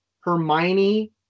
hermione